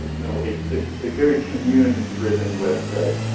you know, a a very community-driven website.